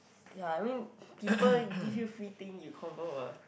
ya I mean people give you free thing you confirm will